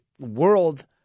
world